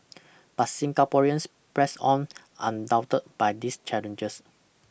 but Singaporeans pressed on undaunted by these challenges